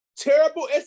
terrible